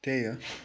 त्यही हो